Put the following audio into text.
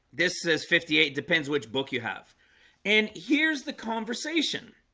this says fifty eight depends which book you have and here's the conversation